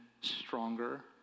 stronger